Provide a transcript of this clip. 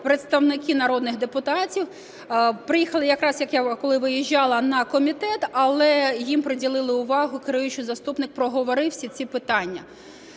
представники народних депутатів, приїхали якраз коли я виїжджала на комітет, але їм приділили увагу, керуючий заступник проговорив всі ці питання.